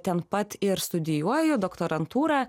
ten pat ir studijuoju doktorantūrą